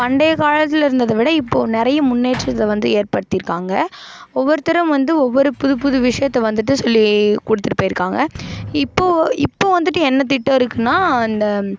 பண்டைய காலத்தில் இருந்ததைவிட இப்போது நிறைய முன்னேற்றத்தை வந்து ஏற்படுத்தியிருக்காங்க ஒவ்வொருத்தரும் வந்து ஒவ்வொரு புது புது விஷயத்தை வந்துட்டு சொல்லி கொடுத்துட்டு போயிருக்காங்க இப்போது இப்போது வந்துட்டு என்ன திட்டம் இருக்குதுனா அந்த